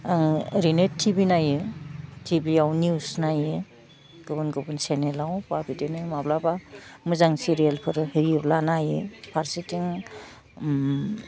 ओरैनो T V नायो टिभिआव निउस नायो गुबुन गुबुन चेनेलाव बा बिदिनो माब्लाबा मोजां सिरियेलफोर होयोब्ला नायो फारसेथिं